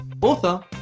author